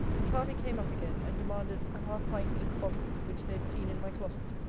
miss hervey came up again, and demanded an half-pint ink-bottle which they had seen in my closet.